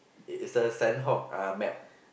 it is a sand hog uh map